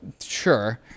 sure